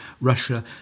Russia